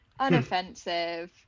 unoffensive